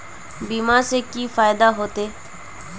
बीमा से की फायदा होते?